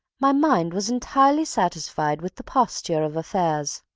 my mind was entirely satisfied with the posture of affairs.